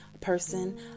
person